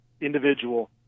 individual